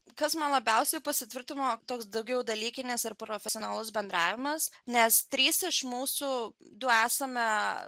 kas man labiausiai pasitvirtino toks daugiau dalykinis ir profesionalus bendravimas nes trys iš mūsų du esame